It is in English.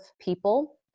people